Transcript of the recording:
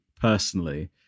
personally